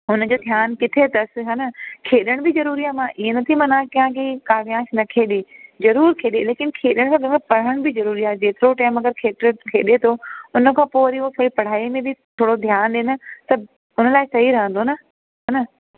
हुनजो ध्यानु किथे अथस हा न खेॾण बि ज़रूरी आहे मां ईअं नथी मना कयां की काव्यांश न खेॾे ज़रूर खेॾे लेकिन खेॾण खां साथ पढ़ण बि ज़रूरी आहे जेतिरो टाइम अगरि खेत्रे खेॾे थो उनखां पोइ वरी उहो पे पढ़ाई में बि थोरो ध्यानु ॾिए न त हुन लाइ सही रहंदो न हा न